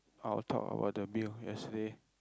I'll talk about the bill yesterday